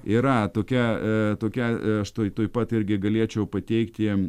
yra tokia tokia aš tuoj tuoj pat irgi galėčiau pateikti